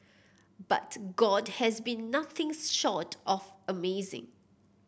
but God has been nothing short of amazing